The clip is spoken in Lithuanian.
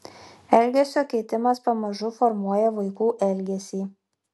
elgesio keitimas pamažu formuoja vaikų elgesį